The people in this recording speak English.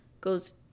goes